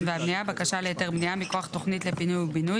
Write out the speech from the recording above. והבנייה בקשה להיתר בנייה מכוח תוכנית לפינוי ובינוי,